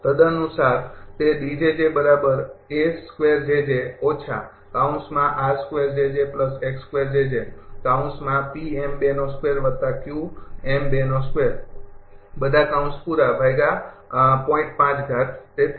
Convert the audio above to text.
તદનુસાર તે તેથી